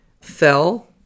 fell